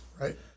right